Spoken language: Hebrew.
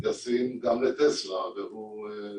ישים גם לטסלה והוא